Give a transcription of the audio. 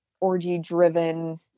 orgy-driven